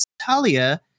Talia